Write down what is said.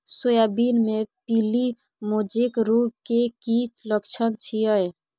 Soybean मे पीली mosaic रोग के की लक्षण छीये?